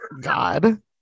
God